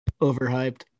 Overhyped